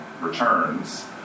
returns